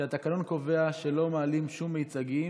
כי התקנון קובע שלא מעלים שום מיצגים,